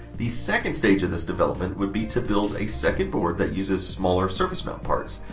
the second stage of this development would be to build a second board that uses smaller surface mount parts.